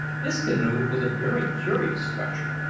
this canoe was a very curious structure.